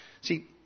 See